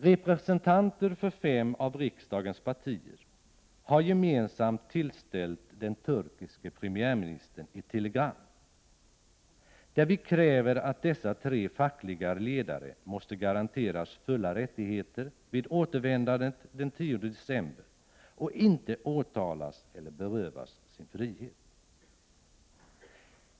Representanter för fem av riksdagens partier har gemensamt tillställt den turkiske premiärministern ett telegram, där vi kräver att dessa tre fackliga ledare måste garanteras fulla rättigheter vid återvändandet den 10 december och att de inte skall åtalas eller berövas sin frihet.